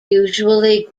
usually